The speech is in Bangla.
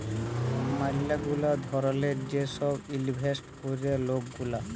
ম্যালা গুলা ধরলের যে ছব ইলভেস্ট ক্যরে লক গুলা